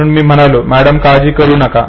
म्हणून मी म्हणालो "मॅडम काळजी करू नका